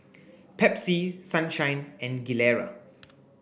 Pepsi Sunshine and Gilera